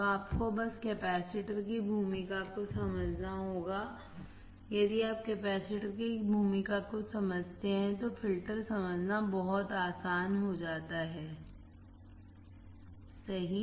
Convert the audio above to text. तो आपको बस कैपेसिटर की भूमिका को समझना होगा यदि आप कैपेसिटर की भूमिका को समझते हैं तो फ़िल्टर समझना बहुत आसान हो जाता है सही